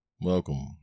Welcome